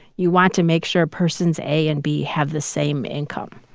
you want to make sure persons a and b have the same income.